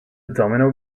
domino